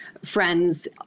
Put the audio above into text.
friends